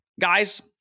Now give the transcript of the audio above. Guys